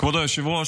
כבוד היושב-ראש,